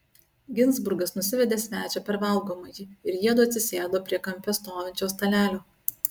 ginzburgas nusivedė svečią per valgomąjį ir jiedu atsisėdo prie kampe stovinčio stalelio